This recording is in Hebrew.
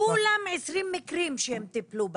כולם 20 מקרים שהם טיפלו בהם,